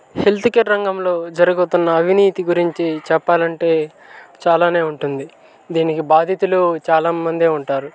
health care రంగంలో జరుగుతున్నఅవినీతి గురించి చెప్పాలంటే చాలా ఉంటుంది దీనికి బాధితులు చాలా మంది ఉంటారు